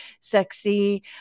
sexy